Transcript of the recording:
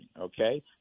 Okay